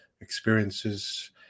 experiences